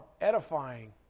edifying